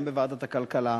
גם בוועדת הכלכלה: